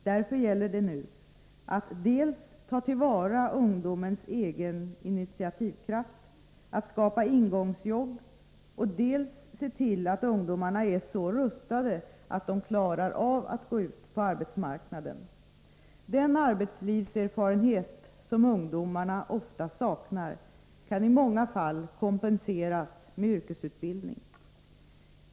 Därför gäller det nu att dels ta till vara ungdomarnas egen initiativkraft att skapa ingångsjobb, dels se till att ungdomarna är så rustade att de klarar av att gå ut på arbetsmarknaden. Den arbetslivserfarenhet som ungdomarna ofta saknar kan i många fall kompenseras med en yrkesutbildning.